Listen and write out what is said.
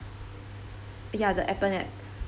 ya the appen app